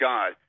God